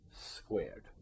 squared